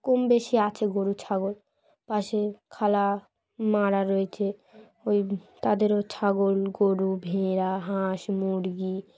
কম বেশি আছে গরু ছাগল পাশে খালা মা রা রয়েছে ওই তাদেরও ছাগল গরু ভেড়া হাঁস মুরগি